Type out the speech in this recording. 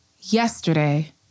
yesterday